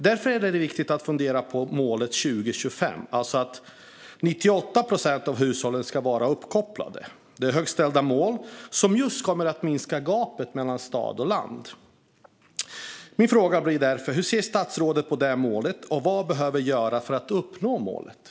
Därför är det viktigt att fundera på målet för 2025, alltså att 98 procent av hushållen ska vara uppkopplade. Det är högt ställda mål som kommer att minska gapet mellan stad och land. Min fråga blir därför: Hur ser statsrådet på det här målet, och vad behöver göras för att målet ska uppnås?